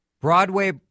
Broadway